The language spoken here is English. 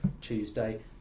Tuesday